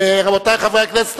רבותי חברי הכנסת,